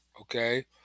okay